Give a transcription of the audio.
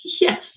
yes